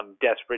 desperate